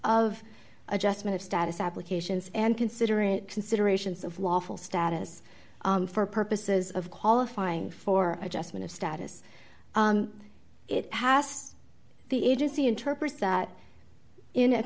of adjustment of status applications and considerate considerations of lawful status for purposes of qualifying for adjustment of status it has the agency interprets that in